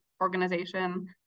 organization